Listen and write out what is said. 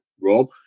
Rob